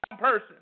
person